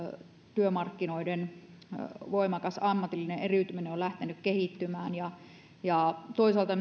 työmarkkinoiden voimakas ammatillinen eriytyminen on lähtenyt kehittymään ja ja toisaalta